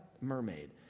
mermaid